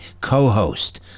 co-host